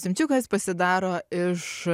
semčiukas pasidaro iš